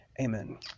amen